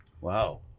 wow